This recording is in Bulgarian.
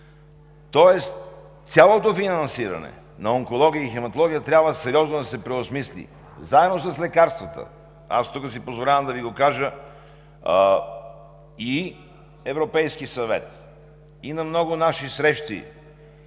тоест цялото финансиране на онкология и хематология трябва сериозно да се преосмисли заедно с лекарствата. Позволявам си тук да кажа: и Европейският съвет, и на много наши срещи